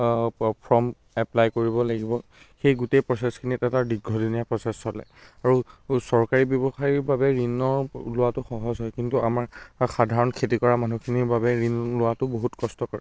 form apply কৰিব লাগিব সেই গোটেই প্ৰচেছখিনিত এটা দীৰ্ঘদিনীয়া প্ৰচেছ চলে আৰু চৰকাৰী ব্যৱসায়ীৰ বাবে ঋণৰ লোৱাটো সহজ হয় কিন্তু আমাৰ সাধাৰণ খেতি কৰা মানুহখিনিৰ বাবে ঋণ লোৱাটো বহুত কষ্টকৰ